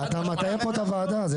ומטעה את הוועדה.